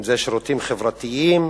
אם שירותים חברתיים